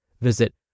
Visit